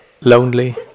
lonely